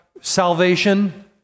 salvation